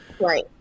Right